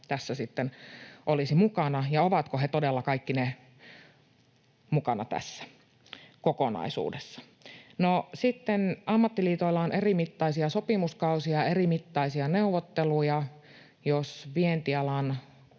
tässä sitten olisivat mukana, ja ovatko he todella kaikki mukana tässä kokonaisuudessa? No, sitten ammattiliitoilla on erimittaisia sopimuskausia ja erimittaisia neuvotteluja. Jos vientialan